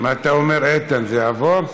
מה אתה אומר, איתן, זה יעבור?